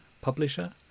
publisher